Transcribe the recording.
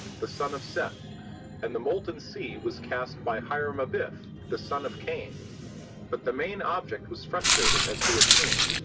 the son of seth and the molten sea was cast by hiram abiff, the son of cain but the main object was frustrated as we have seen,